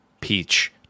Peach